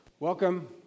Welcome